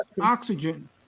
oxygen